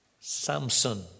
Samson